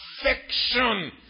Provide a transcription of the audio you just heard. affection